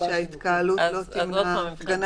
שההתקהלות לא תימנע הפגנה בתנאים.